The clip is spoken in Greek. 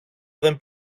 δεν